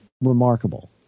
remarkable